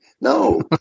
No